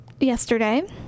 yesterday